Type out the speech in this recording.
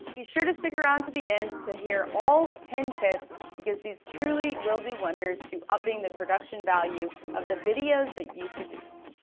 be sure to stick around to the end to hear all ten tips because these truly will do wonders to upping the production value of the videos that you produce.